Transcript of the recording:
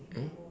eh